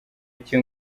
iki